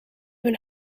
een